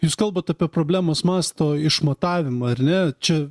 jūs kalbat apie problemos masto išmatavimą ar ne čia